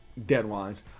deadlines